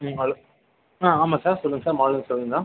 மா ஆமாம் சார் சொல்லுங்கள் சார் மார்டன் சலுான் தான்